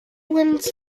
wins